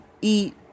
eat